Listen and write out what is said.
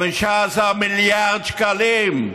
15 מיליארד שקלים.